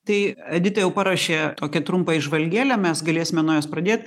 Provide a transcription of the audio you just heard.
tai edita jau parašė tokią trumpą įžvalgėlę mes galėsime nuo jos pradėt